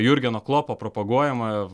jurgeno klopo propaguojama